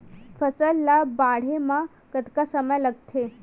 फसल ला बाढ़े मा कतना समय लगथे?